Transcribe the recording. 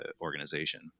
organization